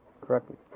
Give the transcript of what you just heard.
correctly